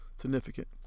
significant